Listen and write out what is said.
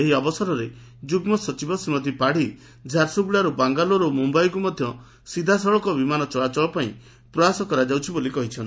ଏହି ଅବସରରେ ଯୁଗ୍କ ସଚିବ ଶ୍ରୀମତୀ ପାଡ଼ୀ ଝାରସୁଗୁଡ଼ାରୁ ବାଙ୍ଗାଲୋର ଓ ମୁୟାଇକୁ ମଧ୍ୟ ସିଧାସଳଖ ବିମାନ ଚଳାଚଳ ପାଇଁ ପ୍ରୟାସ କରାଯାଉଛି ବୋଲି କହିଛନ୍ତି